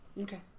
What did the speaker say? Okay